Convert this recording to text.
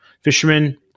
fishermen